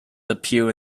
debut